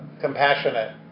compassionate